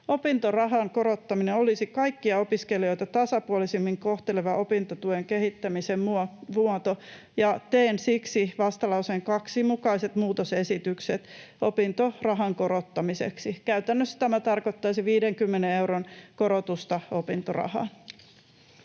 Opintorahan korottaminen olisi kaikkia opiskelijoita tasapuolisemmin kohteleva opintotuen kehittämisen muoto, ja teen siksi vastalauseen 2 mukaiset muutosesitykset opintorahan korottamiseksi. Käytännössä tämä tarkoittaisi 50 euron korotusta opintorahaan.